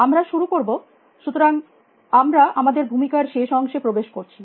আমরা শুরু করব সুতরাং আমরা আমাদের ভূমিকার শেষ অংশে প্রবেশ করছি